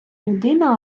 людина